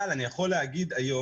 אבל אני יכול להגיד היום,